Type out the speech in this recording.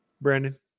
Brandon